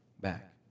back